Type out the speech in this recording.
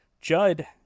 Judd